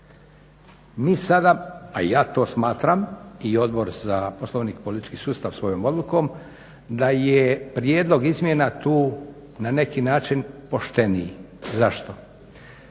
Mi sada, a ja to smatram i Odbor za Poslovnik i politički sustav svojom odlukom da je prijedlog izmjena tu na neki način pošteniji. Zašto?